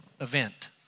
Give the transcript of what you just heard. event